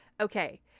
Okay